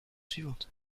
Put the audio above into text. suivantes